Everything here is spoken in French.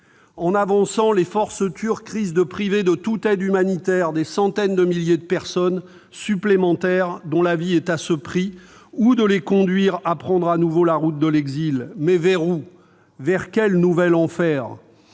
En avançant, les forces turques risquent de priver de toute aide humanitaire des centaines de milliers de personnes supplémentaires, mettant leur vie en péril, ou de les conduire à prendre de nouveau la route de l'exil. Mais vers où ? Vers quel nouvel enfer ?